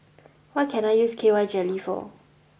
what can I use K Y Jelly for